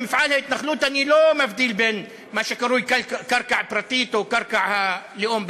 במפעל ההתנחלות אני לא מבדיל בין מה שקרוי קרקע פרטית או קרקע הלאום.